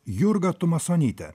jurga tumasonytė